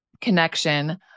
connection